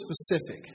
specific